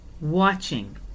watching